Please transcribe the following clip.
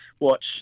watch